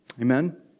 Amen